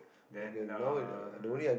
then um